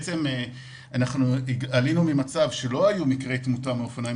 למעשה עלינו ממצב שלא היו מקרי תמותה מאופניים